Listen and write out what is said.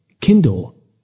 Kindle